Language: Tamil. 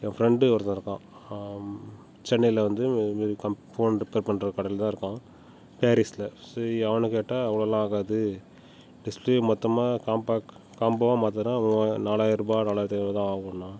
ஏன் ஃப்ரெண்டு ஒருத்தவன் இருக்கான் சென்னையில வந்து இதமாதிரி கம் ஃபோன் ரிப்பேர் பண்ணுற கடையிலதான் இருக்கான் பேரிஸில் சரி அவனை கேட்டால் அவ்வளோலாம் ஆகாது டிஸ்பிளே மொத்தமாக காம்போ காம்போவாக மாற்றுனா மூவாக நாலாயிரருபா நாலாயிரத்து ஐநூறு தான் ஆகுன்னா